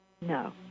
No